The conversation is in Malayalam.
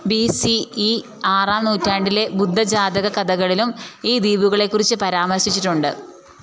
ബി സി ഇ ആറാം നൂറ്റാണ്ടിലെ ബുദ്ധ ജാതകക്കഥകളിലും ഈ ദ്വീപുകളെക്കുറിച്ച് പരാമർശിച്ചിട്ടുണ്ട്